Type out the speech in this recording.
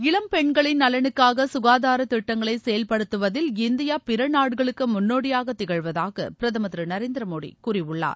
இளம்பெண்களின் நலனுக்காக கசுகாதார திட்டங்களை செயல்படுத்துவதில் இந்தியா பிறநாடுகளுக்கு முன்னோடியாக திகழ்வதாக பிரதமர் திரு நரேந்திரமோடி கூறியுள்ளார்